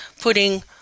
putting